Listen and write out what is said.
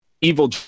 evil